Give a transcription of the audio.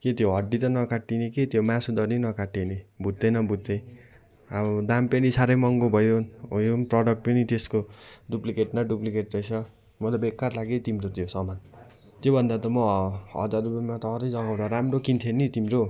के त्यो हड्डी त नकाटिने के त्यो मासुधरि नकाटिने भुत्ते न भुत्ते हौ दाम पनि साह्रै महँगो भयो हो यो पनि प्रडक्ट पनि त्यसको डुप्लिकेट न डुप्लिकेट रहेछ म त बेकार लाग्यो है तिम्रो त्यो सामान त्यो भन्दा त म हजार रुपियाँमा त अरू नै जग्गाबाट राम्रो किन्थेँ नि तिम्रो